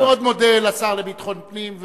אני מאוד מודה לשר לביטחון פנים.